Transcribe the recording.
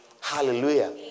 Hallelujah